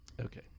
Okay